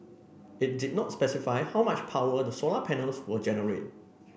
it did not specify how much power the solar panels will generate